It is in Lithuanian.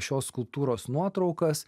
šios skulptūros nuotraukas